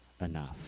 enough